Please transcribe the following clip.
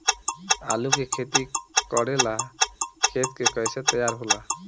आलू के खेती करेला खेत के कैसे तैयारी होला?